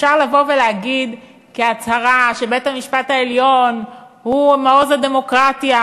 אפשר לבוא ולהגיד כהצהרה שבית-המשפט העליון הוא מעוז הדמוקרטיה,